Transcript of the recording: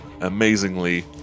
amazingly